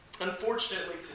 Unfortunately